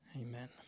Amen